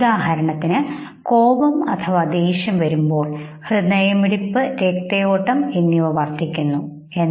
ഉദാഹരണത്തിന് ഹൃദയമിടിപ്പ് കോപംദേഷ്യം വരുമ്പോൾ രക്തയോട്ടം വർദ്ധിക്കുംശരി